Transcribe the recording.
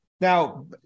Now